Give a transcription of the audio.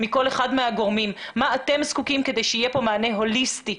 מכל אחד מהגורמים שיאמרו למה אתם זקוקים כדי שיהיה כאן מענה הוליסטי.